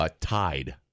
tied